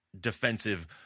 defensive